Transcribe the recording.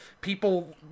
people